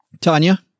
Tanya